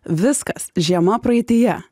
viskas žiema praeityje